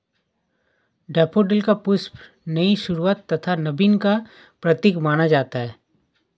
daffodil का पुष्प नई शुरुआत तथा नवीन का प्रतीक माना जाता है